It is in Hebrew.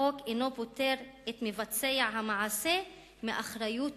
החוק אינו פוטר את מבצע המעשה מאחריות